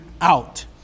out